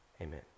Amen